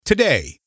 Today